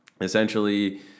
essentially